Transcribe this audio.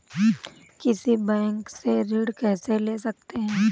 किसी बैंक से ऋण कैसे ले सकते हैं?